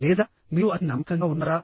లేదా మీరు అతి నమ్మకంగా ఉన్నారా